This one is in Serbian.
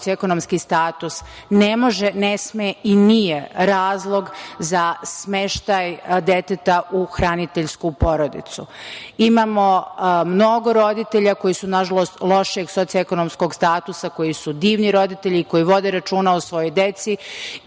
ne može, ne sme i nije razlog za smeštaj deteta u hraniteljsku porodicu. Imamo mnogo roditelja koji su nažalost, lošeg socioekonomskog statusa, koji su divni roditelji, koji vode računa o svojoj deci,